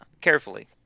carefully